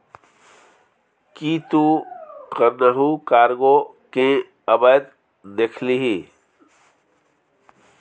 कि तु कखनहुँ कार्गो केँ अबैत देखलिही?